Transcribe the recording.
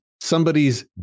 somebody's